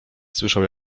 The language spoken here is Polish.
słyszał